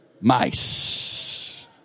mice